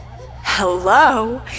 Hello